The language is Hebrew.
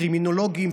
קרימינולוגים,